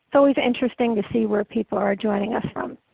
so always interesting to see where people are joining us from.